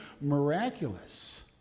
miraculous